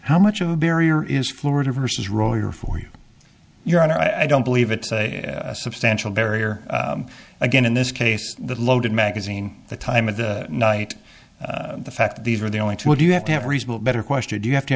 how much of a barrier is florida versus royer for you your honor i don't believe it's a substantial barrier again in this case the loaded magazine the time of the night the fact that these are the only two would you have to have reasonable better question do you have to